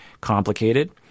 complicated